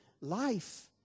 life